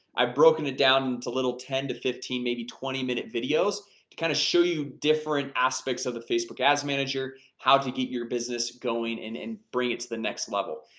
i've broken it down into little ten to fifteen maybe twenty minute videos to kind of show you different aspects of the facebook ads manager how to get your business going and and bring it to the next level,